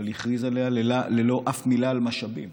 אבל הכריז עליה ללא אף מילה על משאבים.